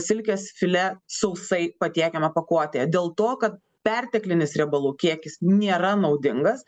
silkės filė sausai pateikiamą pakuotėje dėl to kad perteklinis riebalų kiekis nėra naudingas